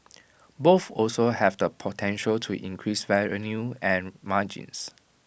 both also have the potential to increase revenue and margins